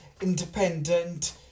independent